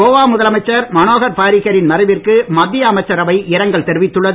கோவா முதலமைச்சர் மனோகர் பாரிக்கரின் மறைவிற்கு மத்திய அமைச்சரவை இரங்கல் தெரிவித்துள்ளது